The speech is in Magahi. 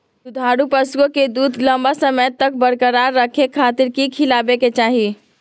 दुधारू पशुओं के दूध लंबा समय तक बरकरार रखे खातिर की खिलावे के चाही?